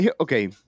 okay